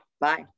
bye